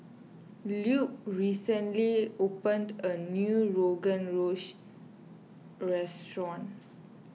Lupe recently opened a new Rogan Josh restaurant